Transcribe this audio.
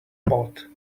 pod